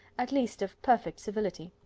at least of perfect civility.